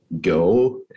Go